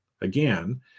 again